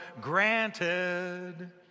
granted